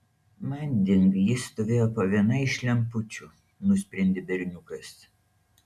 manding jis stovėjo po viena iš lempučių nusprendė berniukas